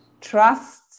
trust